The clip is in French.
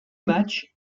matches